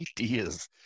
ideas